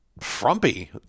frumpy